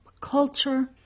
culture